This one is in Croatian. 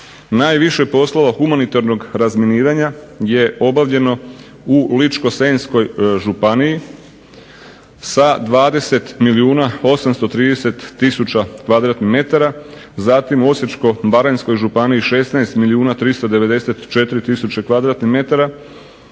Najviše poslova humanitarnog razminiranja je obavljeno u Ličko-senjskoj županiji sa 20 milijuna 830 tisuća m2, zatim Osječko-baranjskoj županiji 16